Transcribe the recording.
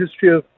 history